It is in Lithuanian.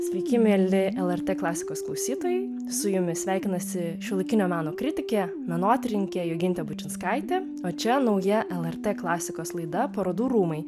sveiki mieli lrt klasikos klausytojai su jumis sveikinasi šiuolaikinio meno kritikė menotyrininkė juginta bučinskaitė o čia nauja lrt klasikos laida parodų rūmai